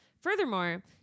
furthermore